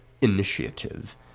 initiative